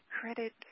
credit